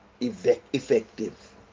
effective